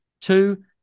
Two